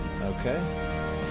Okay